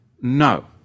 No